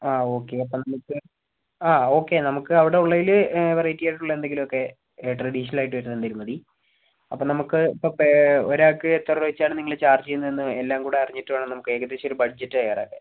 ആ ഓക്കെ അപ്പോൾ നമുക്ക് ആ ഓക്കെ നമുക്ക് അവിടെയുള്ളതിൽ വെറൈറ്റി ആയിട്ടുള്ള എന്തെങ്കിലുമൊക്കെ ട്രഡീഷണൽ ആയിട്ട് വരുന്ന എന്തെങ്കിലും മതി അപ്പോൾ നമുക്ക് ഇപ്പോൾ പെർ ഒരാൾക്ക് എത്ര രൂപ വെച്ചാണ് നിങ്ങൾ ചാർജ് ചെയ്യുന്നതെന്ന് എല്ലാം കൂടെ അറിഞ്ഞിട്ടുവേണം നമുക്ക് ഏകദേശം ഒരു ബഡ്ജറ്റ് തയ്യാറാക്കാൻ